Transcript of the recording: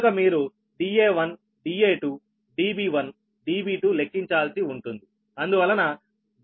కనుక మీరు Da1 Da2 Db1 Db2 లెక్కించాల్సి ఉంటుంది అందువలన Db2 your Db2 4